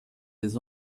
les